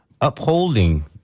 upholding